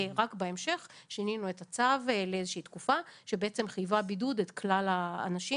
רק בהמשך שינינו את הצו לאיזושהי תקופה שבעצם חייבה בידוד את כל האנשים,